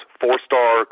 four-star